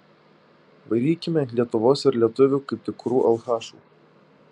varykime ant lietuvos ir lietuvių kaip tikrų alchašų